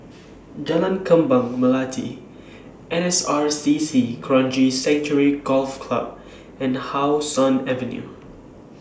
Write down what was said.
Jalan Kembang Melati N S R C C Kranji Sanctuary Golf Club and How Sun Avenue